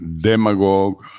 demagogue